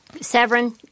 Severin